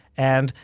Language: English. and,